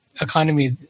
economy